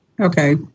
Okay